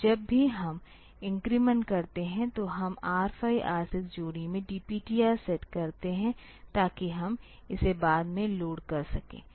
तो जब भी हम इन्क्रीमेंट करते हैं तो हम R5 R6 जोड़ी में DPTR सेट करते हैं ताकि हम इसे बाद में लोड कर सकें